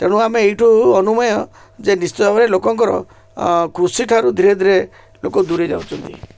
ତେଣୁ ଆମେ ଏଇଠୁ ଅନୁମୟ ଯେ ନିଶ୍ଚିତ ଭାବରେ ଲୋକଙ୍କର କୃଷିଠାରୁ ଧୀରେ ଧୀରେ ଲୋକ ଦୂରେଇ ଯାଉଛନ୍ତି